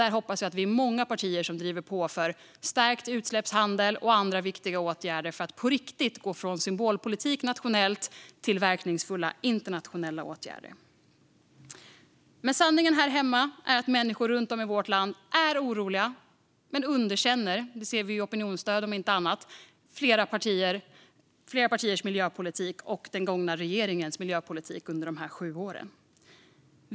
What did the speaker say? Jag hoppas att vi kan vara många partier som driver på för stärkt utsläppshandel och andra viktiga åtgärder för att på riktigt gå från symbolpolitik nationellt till verkningsfulla internationella åtgärder. Sanningen här hemma är att människor runt om i vårt land är oroliga, men de underkänner - det ser vi i opinionsstöd, om inte annat - flera partiers miljöpolitik och den gångna regeringens miljöpolitik under dessa sju år.